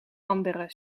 andere